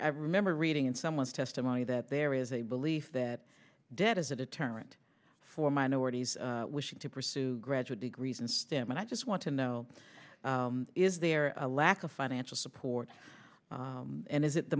i remember reading in someone's testimony that there is a belief that debt is a deterrent for minorities wishing to pursue graduate degrees and stem and i just want to know is there a lack of financial support and is it the